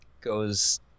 goes